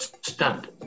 stunned